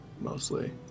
mostly